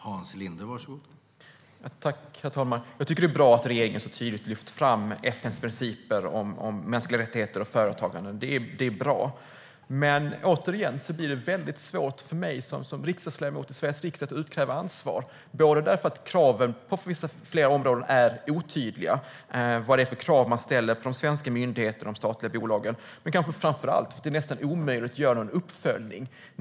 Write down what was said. Herr talman! Jag tycker att det är bra att regeringen så tydligt lyfter fram FN:s principer om mänskliga rättigheter och företagande. Men det blir väldigt svårt för mig som riksdagsledamot i Sveriges riksdag att utkräva ansvar, eftersom det är otydligt vilka krav som ställs på svenska myndigheter och de statliga bolagen på flera områden. Framför allt är det nästan omöjligt att göra en uppföljning.